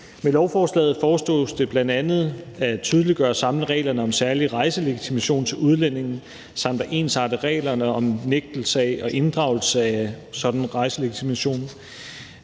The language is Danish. Med lovforslaget foreslås det bl.a. at tydeliggøre og samle reglerne om særlig rejselegitimation til udlændinge samt at ensarte reglerne om nægtelse af og inddragelse af en sådan rejselegitimation.